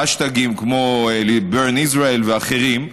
האשטגים כמו burn Israel ואחרים,